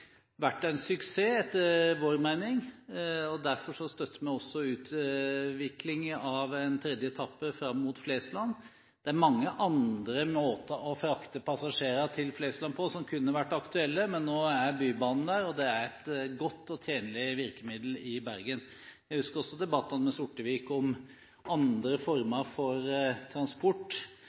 etter vår mening vært en suksess. Derfor støtter vi også utvikling av en tredje etappe fram mot Flesland. Det er mange andre måter å frakte passasjerer til Flesland på som kunne vært aktuelle, men nå er Bybanen der, og det er et godt og tjenlig virkemiddel i Bergen. Jeg husker også debatter med Sortevik om andre former for transport